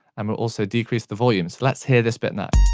and we'll also decrease the volume. so let's hear this bit now.